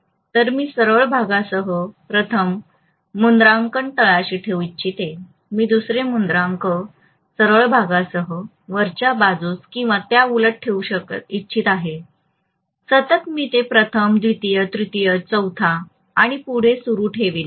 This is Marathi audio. तर मी सरळ भागासह प्रथम मुद्रांकन तळाशी ठेऊ इच्छितो मी दुसरे मुद्रांक सरळ भागासह वरच्या बाजूस आणि त्याउलट ठेवू इच्छित आहे सतत मी ते प्रथम द्वितीय तृतीय चौथा आणि पुढे सुरु ठेवेन